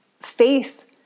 face